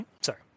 Sorry